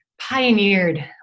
pioneered